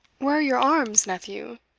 where are your arms, nephew?